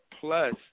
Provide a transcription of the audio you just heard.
plus